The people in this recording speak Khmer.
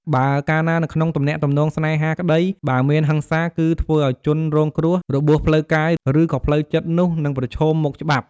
បើកាលណានៅក្នុងទំនាក់ទំនងស្នេហាក្តីបើមានហិង្សាគឺធ្វើឱ្យជនរងគ្រោះរបួសផ្លូវកាយឬក៏ផ្លូវចិត្តនោះនិងប្រឈមមុខច្បាប់។